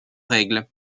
règles